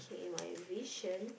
and my vision